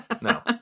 No